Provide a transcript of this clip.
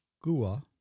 Gua